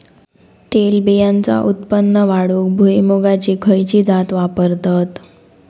तेलबियांचा उत्पन्न वाढवूक भुईमूगाची खयची जात वापरतत?